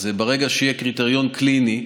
אז ברגע שיהיה קריטריון קליני,